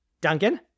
Duncan